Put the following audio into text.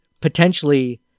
potentially